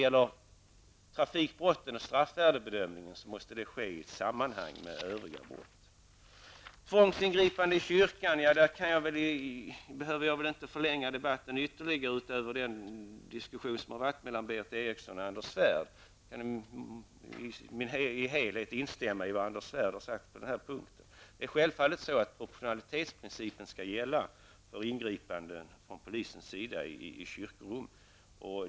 Men straffvärdebedömningen av trafikbrott måste ske i samband med bedömning av straffen för övriga brott. Jag behöver inte ytterligare förlänga debatten efter den diskussion som har förts mellan Berith Eriksson och Anders Svärd i frågan om brott mot kyrkofrid. Jag kan till fullo instämma med vad Anders Svärd har sagt. Självfallet skall proportionalitetsprincipen gälla för ingripanden av polisen i kyrkorum.